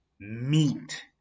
meat